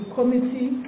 Committee